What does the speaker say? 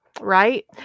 Right